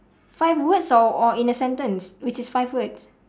five words or or in a sentence which is five words